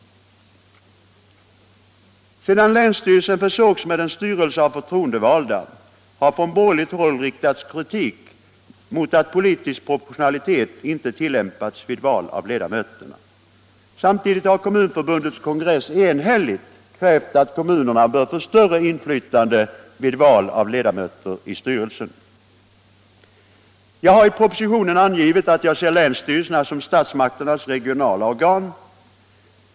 41 Sedan länsstyrelsen försågs med en styrelse av förtroendevalda har från borgerligt håll riktats kritik mot att politisk proportionalitet inte tillämpats vid val av ledamöterna. Samtidigt har Kommunförbundets kongress enhälligt krävt att kommunerna skall få större inflytande vid val av ledamöter i styrelsen. Jag har i propositionen angivit att jag ser länsstyrelserna som statsmakternas regionala organ.